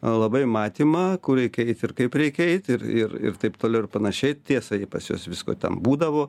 labai matymą kur reikia eit ir kaip reikia eit ir ir ir taip toliau ir panašiai tiesa ir pas juos visko ten būdavo